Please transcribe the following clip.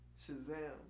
Shazam